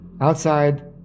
Outside